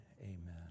Amen